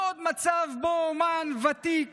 לא עוד מצב שבו אמן ותיק